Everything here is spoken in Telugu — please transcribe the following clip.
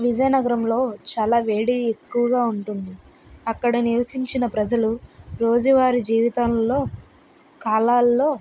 విజయనగరంలో చాలా వేడి ఎక్కువగా ఉంటుంది అక్కడ నివసించిన ప్రజలు రోజువారీ జీవితంలో కాలాలల్లో